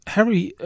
Harry